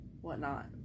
whatnot